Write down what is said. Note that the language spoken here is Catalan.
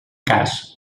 cas